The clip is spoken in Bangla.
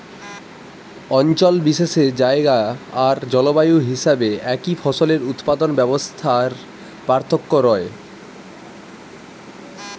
অঞ্চল বিশেষে জায়গা আর জলবায়ু হিসাবে একই ফসলের উৎপাদন ব্যবস্থা রে পার্থক্য রয়